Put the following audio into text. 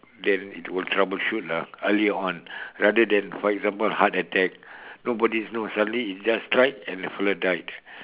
then it will troubleshoot lah earlier on rather than for example heart attack nobody knows suddenly it just strike and then the fella die